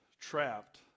trapped